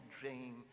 dream